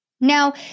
Now